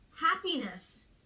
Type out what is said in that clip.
Happiness